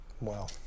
Wow